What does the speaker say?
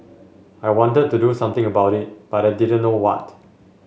I wanted to do something about it but I didn't know what